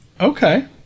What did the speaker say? Okay